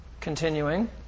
continuing